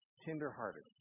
tender-hearted